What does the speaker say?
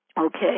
okay